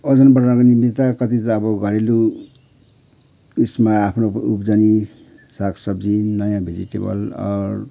ओजन बढाउनुको निम्ति त कति त अब घरेलु उसमा आफ्नो उब्जनी साग सब्जी नयाँ भेजिटेबल